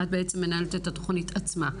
את בעצם מנהלת את התוכנית עצמה.